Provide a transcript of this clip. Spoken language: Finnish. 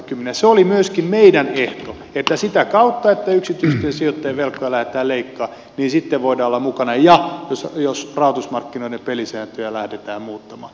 se oli myöskin meidän ehtomme että jos yksityisten sijoittajien velkoja lähdetään leikkaamaan niin sitten voimme olla mukana ja jos rahoitusmarkkinoiden pelisääntöjä lähdetään muuttamaan